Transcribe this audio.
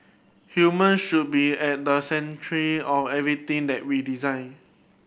human should be at the century of everything that we design